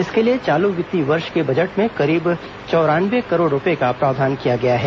इसके लिए चालू वित्तीय वर्ष के बजट में करीब चौरानवे करोड़ रूपये का प्रावधान किया गया है